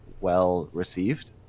well-received